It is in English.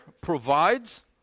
provides